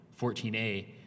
14A